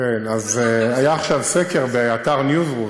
אז היה עכשיו סקר באתר ניוז.רו,